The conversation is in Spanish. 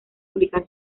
publicar